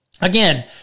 again